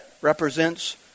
represents